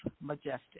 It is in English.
Majestic